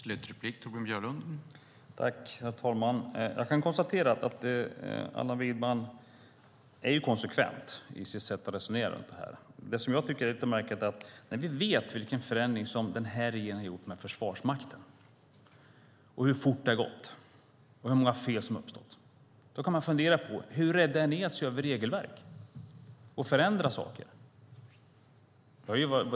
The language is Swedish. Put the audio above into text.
Herr talman! Jag kan konstatera att Allan Widman är konsekvent i sitt sätt att resonera om det här. Det finns något som jag tycker är lite märkligt. Vi vet vilken förändring som den här regeringen har gjort när det gäller Försvarsmakten, hur fort det har gått och hur många fel som har uppstått. Då kan man fundera på: Hur rädda är ni för att se över regelverk och förändra saker?